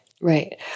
Right